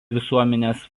visuomenės